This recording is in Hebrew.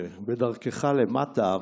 אתה בדרכך למטה,